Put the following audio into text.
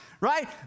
right